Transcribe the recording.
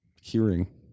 hearing